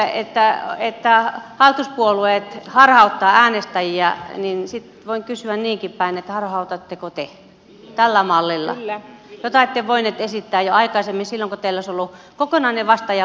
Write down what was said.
kun te sanotte että hallituspuolueet harhauttavat äänestäjiä niin sitten voin kysyä niinkin päin harhautatteko te tällä mallilla jota ette voineet esittää jo aikaisemmin silloin kun teillä olisi ollut kokonainen vastuu ja valta toteuttaa tämä asia